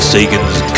Sagan's